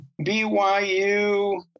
BYU